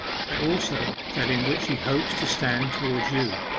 and also that in which he hopes to stand towards you.